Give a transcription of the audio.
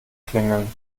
klingeln